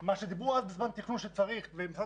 מה שדיברו אז בזמן התכנון שצריך ומשרד